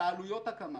על עלויות הקמה.